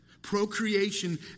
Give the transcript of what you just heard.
procreation